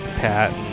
Pat